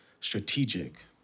Strategic